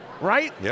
right